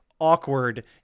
Awkward